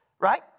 Right